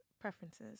preferences